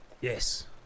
yes